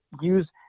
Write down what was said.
use